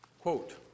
Quote